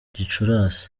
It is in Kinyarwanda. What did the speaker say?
gicurasi